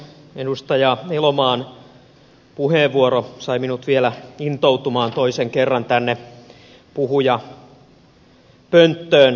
edustaja elomaan puheenvuoro sai minut vielä intoutumaan toisen kerran tänne puhujapönttöön